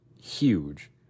huge